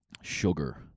sugar